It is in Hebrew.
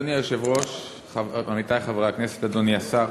אדוני היושב-ראש, עמיתי חברי הכנסת, אדוני השר,